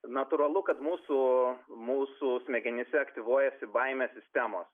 natūralu kad mūsų mūsų smegenyse aktyvuojasi baimės sistemos